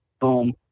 boom